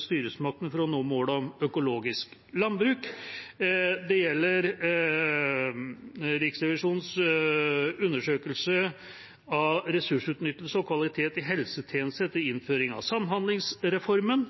styresmaktene for å nå måla om økologisk landbruk», det gjelder «Riksrevisjonens undersøkelse av ressursutnyttelse og kvalitet i helsetjenesten etter innføringen av samhandlingsreformen»,